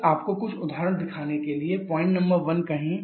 बस आपको कुछ उदाहरण दिखाने के लिए पॉइंट नंबर 1 कहें